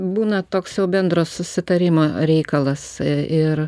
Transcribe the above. būna toks jau bendro susitarimo reikalas ir